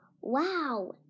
Wow